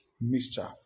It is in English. mixture